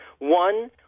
One